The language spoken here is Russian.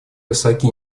высоки